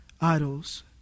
idols